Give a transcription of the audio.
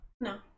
No